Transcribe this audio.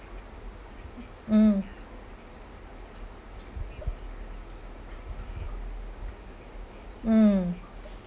mm mm